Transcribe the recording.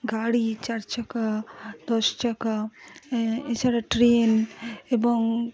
গাড়ি চার চাকা দশ চাকা এছাড়া ট্রেন এবং